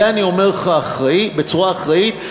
זה אני אומרת לך בצורה אחראית,